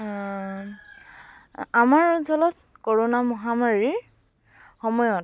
আমাৰ অঞ্চলত কৰোণা মহামাৰীৰ সময়ত